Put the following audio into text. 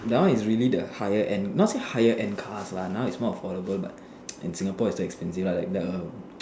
that one is really the higher end not say higher end cars lah now is more affordable but in Singapore is still expensive like the